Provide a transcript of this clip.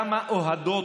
כמה הועדות,